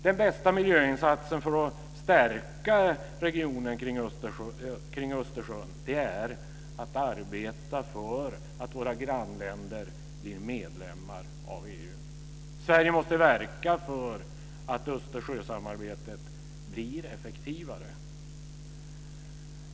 Den bästa miljöinsatsen för att stärka regionen kring Östersjön är att arbeta för att våra grannländer blir medlemmar i EU. Sverige måste verka för att Östersjösamarbetet blir effektivare.